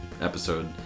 episode